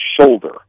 shoulder